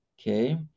Okay